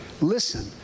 Listen